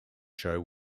show